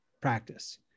practice